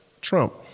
Trump